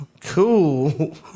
Cool